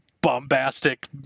bombastic